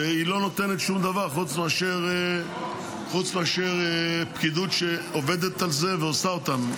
שלא נותנת שום דבר חוץ מאשר פקידות שעובדת על זה ועושה אותם.